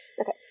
Okay